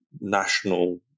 national